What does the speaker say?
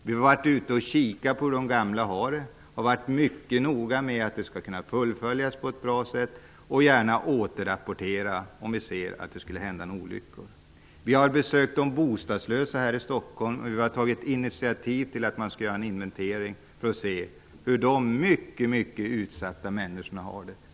Vi har varit ute och studerat hur de gamla har det, och vi har varit mycket noga med att det skall följas upp på ett bra sätt. Vi skall gärna återrapportera, om vi ser att olyckor skulle hända. Vi har besökt de bostadslösa här i Stockholm, och vi har tagit initiativ till en inventering för att ta reda på hur dessa mycket utsatta människor har det.